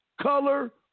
color